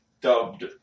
dubbed